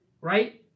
right